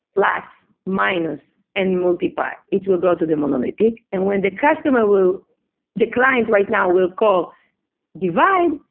plus, minus and multiply, it will go to the monolithic an when the customer will the client right now will call divide,